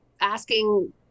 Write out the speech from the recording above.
asking